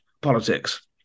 politics